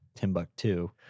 Timbuktu